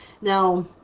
Now